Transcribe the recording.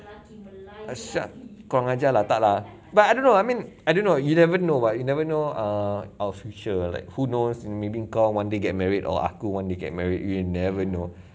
ah syak kurang ajar lah tak lah but I don't know I mean I don't know you never know what you never know err our future like who knows maybe kau one day get married or aku one day get married you'll never know